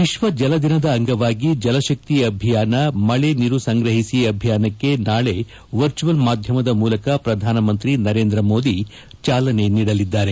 ವಿಶ್ವ ಜಲದಿನದ ಅಂಗವಾಗಿ ಜಲಶಕ್ತಿ ಅಭಿಯಾನ ಮಳೆ ನೀರು ಸಂಗ್ರಹಿಸಿ ಅಭಿಯಾನಕ್ಕೆ ನಾಳೆ ವರ್ಚುಯಲ್ ಮಾಧ್ಯಮದ ಮೂಲಕ ಪ್ರಧಾನಮಂತ್ರಿ ನರೇಂದ್ರ ಮೋದಿ ಚಾಲನೆ ನೀಡಲಿದ್ದಾರೆ